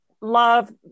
love